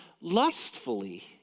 lustfully